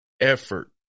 effort